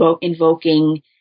invoking